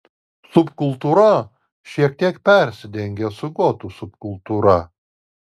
subkultūra šiek tiek persidengia su gotų subkultūra